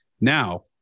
now